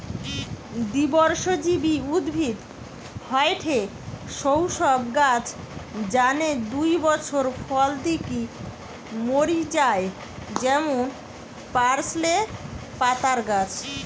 দ্বিবর্ষজীবী উদ্ভিদ হয়ঠে সৌ সব গাছ যানে দুই বছর ফল দিকি মরি যায় যেমন পার্সলে পাতার গাছ